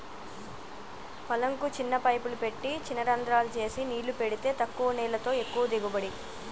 పొలం కు చిన్న పైపులు పెట్టి చిన రంద్రాలు చేసి నీళ్లు పెడితే తక్కువ నీళ్లతో ఎక్కువ దిగుబడి